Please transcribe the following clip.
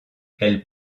elle